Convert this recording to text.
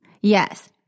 Yes